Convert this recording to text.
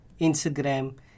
Instagram